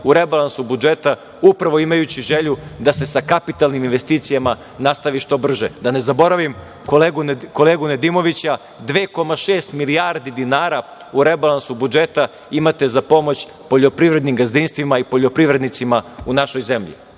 u rebalansu budžeta, upravo imajući želju da se sa kapitalnim investicijama nastavi što brže. Da ne zaboravim kolegu Nedimovića, 2,6 milijarde dinara u rebalansu budžeta imate za pomoć poljoprivrednim gazdinstvima i poljoprivrednicima u našoj zemlji.